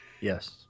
Yes